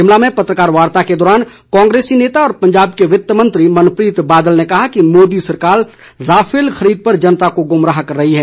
शिमला में पत्रकार वार्ता के दौरान कांग्रेसी नेता व पंजाब के वित्तमंत्री मनप्रीत बादल ने कहा कि मोदी सरकार राफेल खरीद पर जनता को गुमराह कर रही है